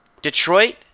Detroit